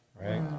right